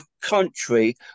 country